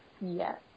Yes